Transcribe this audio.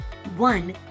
One